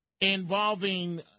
involving